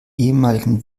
ehemaligen